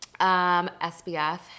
SPF